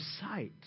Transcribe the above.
sight